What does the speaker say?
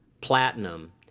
platinum